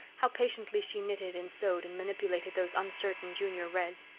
how patiently she knitted and sewed and manipulated those uncertain junior reds!